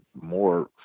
more